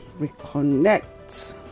Reconnect